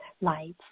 lights